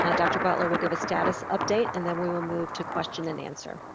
ah dr. butler will give a status update and then we will move to question and answer.